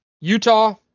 Utah